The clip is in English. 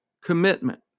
commitment